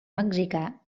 mexicà